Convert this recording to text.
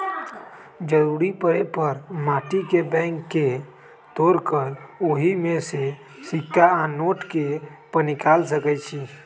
जरूरी परे पर माटी के बैंक के तोड़ कऽ ओहि में से सिक्का आ नोट के पनिकाल सकै छी